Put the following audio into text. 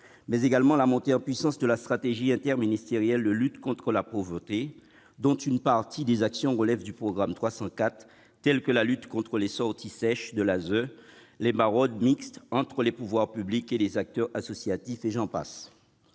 mais également la montée en puissance de la stratégie interministérielle de lutte contre la pauvreté, dont une partie des actions relève du programme 304, notamment la lutte contre les sorties sèches de l'aide sociale à l'enfance (ASE) ou les maraudes mixtes entre les pouvoirs publics et les acteurs associatifs. Attardons-nous